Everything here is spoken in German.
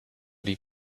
die